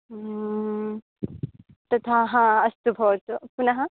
तथा हा अस्तु भवतु पुनः